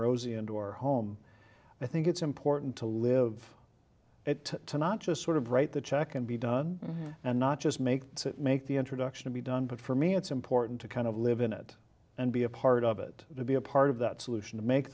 rosie into our home i think it's important to live it to not just sort of write the check and be done and not just make that make the introduction be done but for me it's important to kind of live in it and be a part of it to be a part of that solution to make